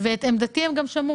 והם גם שמעו